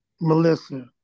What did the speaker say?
Melissa